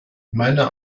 meiner